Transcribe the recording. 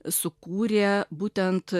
sukūrė būtent